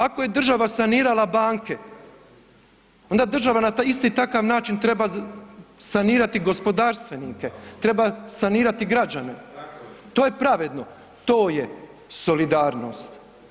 Ako je država sanirala banke onda država na isti takav način treba sanirati gospodarstvenike, treba sanirati građane, to je pravedno, to je solidarnost.